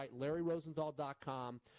LarryRosenthal.com